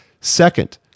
Second